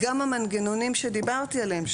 גם המנגנונים שדיברתי עליהם,